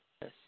Yes